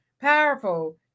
Powerful